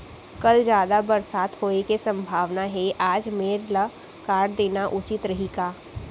कल जादा बरसात होये के सम्भावना हे, आज मेड़ ल काट देना उचित रही का?